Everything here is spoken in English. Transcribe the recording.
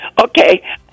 Okay